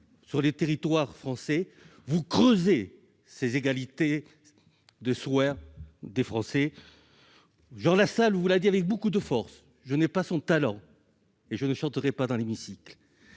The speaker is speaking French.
sur les territoires français, vous creusez les inégalités en matière d'accès aux soins. Jean Lassalle vous l'a dit avec beaucoup de force- je n'ai pas son talent, et je ne chanterai pas dans l'hémicycle